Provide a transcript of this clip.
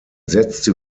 setzte